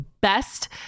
best